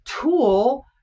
tool